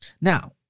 Now